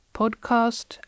podcast